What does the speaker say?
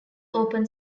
open